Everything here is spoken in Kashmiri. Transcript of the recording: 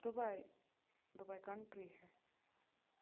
Dubai Dubai country Hai